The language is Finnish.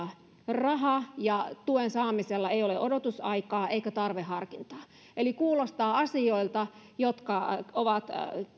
raha ja tuen saamisella ei ole odotusaikaa eikä tarveharkintaa eli ne kuulostavat asioilta jotka ovat